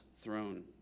throne